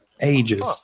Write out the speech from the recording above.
ages